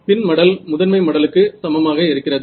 பின் மடல் முதன்மை மடலுக்கு சமமாக இருக்கிறது